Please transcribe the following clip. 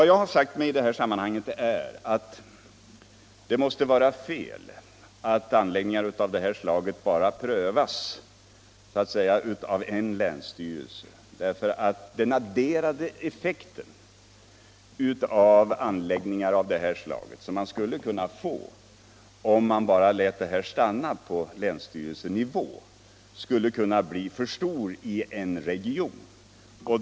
Jag har i detta sammanhang sagt mig att det måste vara fel att anläggningar av det här slaget bara prövas av länsstyrelse. Den adderade effekten av anläggningar av det här. slaget i flera närbelägna län skulle - om man lät prövningen stanna på länsstyrelsenivå — kunna bli för stor i en region.